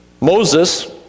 Moses